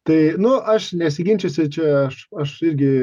tai nu aš nesiginčysiu čia aš aš irgi